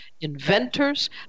inventors